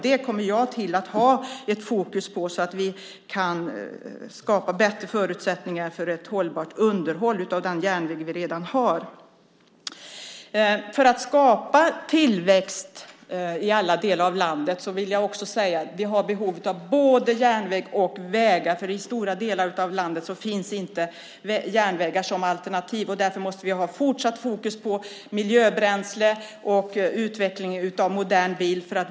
Jag kommer att ha fokus på det så att vi kan skapa bättre förutsättningar för gott underhåll av den järnväg vi redan har. För att skapa tillväxt i alla delar av landet har vi behov av både järnväg och vägar, för i stora delar av landet finns inte järnvägar som alternativ. Därför måste vi ha fortsatt fokus på miljöbränsle och utveckling av moderna bilar.